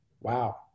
wow